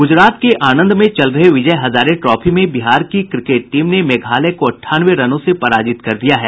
गुजरात के आणंद में चल रहे विजय हजारे ट्रॉफी में बिहार की क्रिकेट टीम ने मेघालय को अट्ठानवे रनों से पराजित कर दिया है